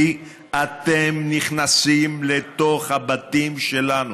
כי אתם נכנסים לתוך הבתים שלנו.